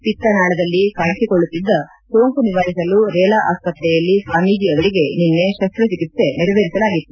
ಪಿತ್ತನಾಳದಲ್ಲಿ ಕಾಣಿಸಿಕೊಳ್ಳುತ್ತಿದ್ದ ಸೋಂಕು ನಿವಾರಿಸಲು ರೇಲಾ ಆಸ್ಪತ್ತೆಯಲ್ಲಿ ಸ್ವಾಮಿಜೀ ಅವರಿಗೆ ನಿನ್ನೆ ಶಸ್ತ್ರ ಚಿಕಿತ್ಸೆ ನೆರವೇರಿಸಲಾಗಿತ್ತು